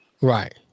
right